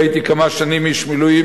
והייתי כמה שנים איש מילואים,